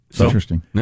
Interesting